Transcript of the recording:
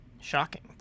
shocking